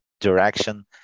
direction